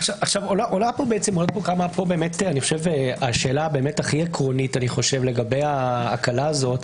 עולה פה השאלה הכי עקרונית לגבי ההקלה הזאת.